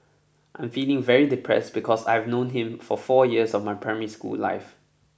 I'm feeling very depressed because I've known him for four years of my primary school life